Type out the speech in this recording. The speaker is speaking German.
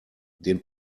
den